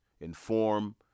inform